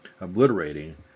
obliterating